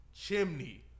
Chimney